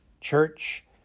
Church